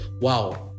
wow